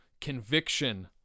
conviction